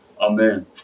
Amen